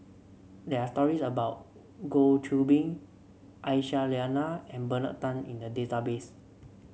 there are stories about Goh Qiu Bin Aisyah Lyana and Bernard Tan in the database